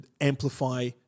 amplify